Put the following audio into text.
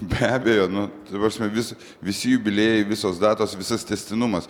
be abejo nu ta prasme vis visi jubiliejai visos datos visas tęstinumas